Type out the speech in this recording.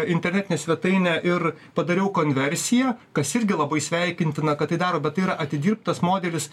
internetinę svetainę ir padariau konversiją kas irgi labai sveikintina kad tai daro bet tai yra atidirbtas modelis